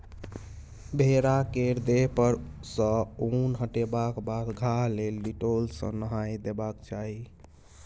भेड़ा केर देह पर सँ उन हटेबाक बाद घाह लेल डिटोल सँ नहाए देबाक चाही